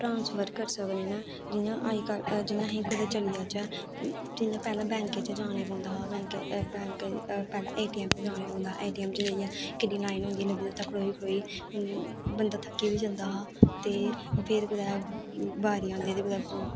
transfer करी सकने न जियां अज्जकल जियां अहीं कुतै चली जाचै जियां पैह्ले बैंकें च जाने पौंदा बैंक बैंक पैह्ले ए टी एम च जाने पौंदा हा ए टी एम च जाइयै केड्डी लाइन होंदी ही लग्गी दी लाइन उत्थै खड़ोई खड़ोई बंदा थक्की बी जंदा हा ते फिर कुतै बारी आंदी ही कुतै